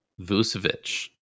Vucevic